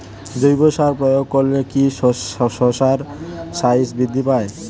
জৈব সার প্রয়োগ করলে কি শশার সাইজ বৃদ্ধি পায়?